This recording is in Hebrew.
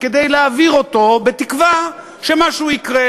כדי להעביר אותו, בתקווה שמשהו יקרה: